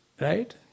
right